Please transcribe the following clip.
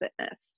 fitness